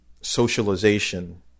socialization